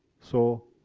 so,